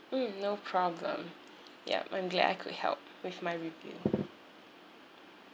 mm no problem yup I'm glad I could help with my review